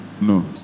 no